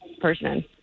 person